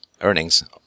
earnings